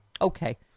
Okay